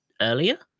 earlier